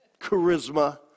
charisma